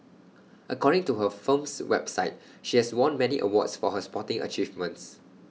according to her firm's website she has won many awards for her sporting achievements